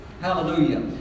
Hallelujah